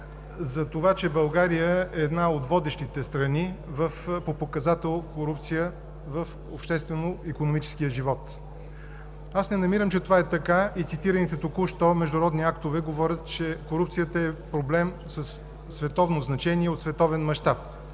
за това, че България е една от водещите страни по показател „корупция“ в обществено-икономическия живот. Аз не намирам, че това е така и цитираните току-що международни актове говорят, че корупцията е проблем от световно значение и е от световен мащаб.